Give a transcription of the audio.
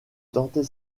tenter